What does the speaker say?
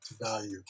value